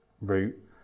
route